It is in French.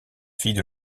filles